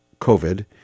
COVID